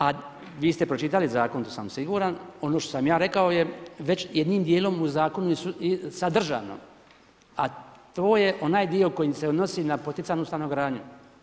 A vi ste pročitali zakon, to sam siguran, ono što sam ja rekao je već jednim dijelom u zakonu i sadržano a to je onaj dio koji se odnosi na poticajnu stanogradnju.